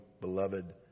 beloved